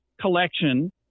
collection